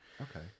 Okay